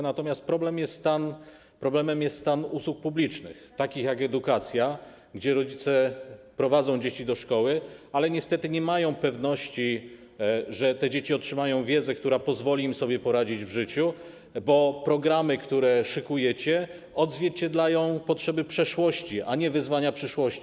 Natomiast problemem jest stan usług publicznych takich jak edukacja, gdzie rodzice prowadzą dzieci do szkoły, ale niestety nie mają pewności, że te dzieci otrzymają wiedzę, która pozwoli im sobie poradzić w życiu, bo programy, które szykujecie, odzwierciedlają potrzeby przeszłości, a nie wyzwania przyszłości.